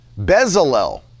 Bezalel